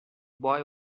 boy